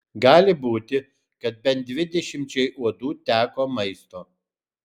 gali būti kad bent dvidešimčiai uodų teko maisto